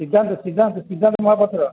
Siddhanta Siddhant Siddhant Mohapatra